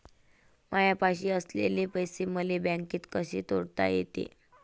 मायापाशी असलेले पैसे मले बँकेत कसे गुंतोता येते?